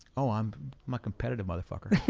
oh, um i'm a competitive motherfucker.